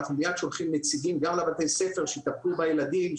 אנחנו מיד שולחים נציגים גם לבית הספר שיטפלו בילדים,